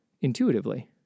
intuitively